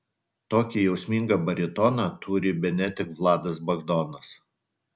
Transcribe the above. tokį jausmingą baritoną turi bene tik vladas bagdonas